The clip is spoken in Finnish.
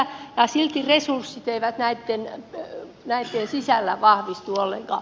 ja silti resurssit eivät näitten sisällä vahvistu ollenkaan